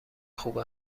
خوب